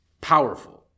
powerful